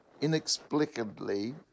inexplicably